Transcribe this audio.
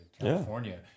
California